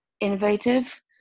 innovative